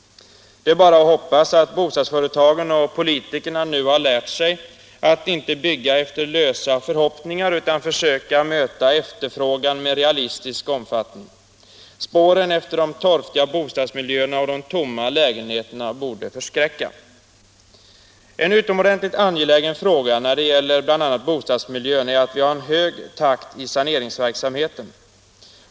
Det är bara att hoppas att bostadsföretagen och politikerna nu har lärt sig att inte bygga efter lösa förhoppningar, utan att försöka möta efterfrågan med realistisk omfattning. Spåren efter de torftiga bostadsmiljöerna och de tomma lägenheterna torde förskräcka. En utomordentligt angelägen fråga när det gäller bl.a. bostadsmiljön är att vi har en hög takt i saneringsverksamheten.